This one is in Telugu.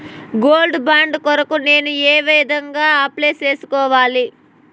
గోల్డ్ బాండు కొరకు నేను ఏ విధంగా అప్లై సేసుకోవాలి?